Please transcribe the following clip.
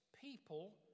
people